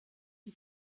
die